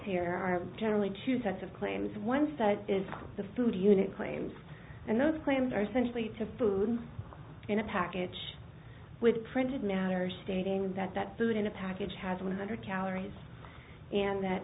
here are generally two sets of claims once that is the food unit claims and those claims are essentially to food in a package with printed matter stating that that food in a package has one hundred calories and that